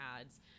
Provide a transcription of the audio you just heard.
ads